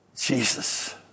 Jesus